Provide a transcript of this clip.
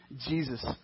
Jesus